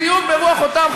בדיוק ברוח אותן,